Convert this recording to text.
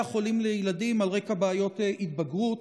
החולים לילדים על רקע בעיות התבגרות,